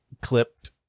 clipped